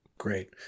Great